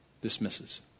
dismisses